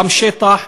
וגם שטח,